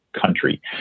country